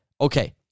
Okay